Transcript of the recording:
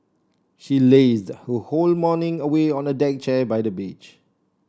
she lazed her whole morning away on a deck chair by the beach